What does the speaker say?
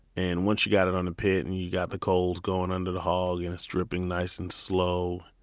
and once you've got it on a pit, and you've got the coals going under the hog, and it's dripping nice and slow,